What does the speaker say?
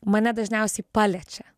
mane dažniausiai paliečia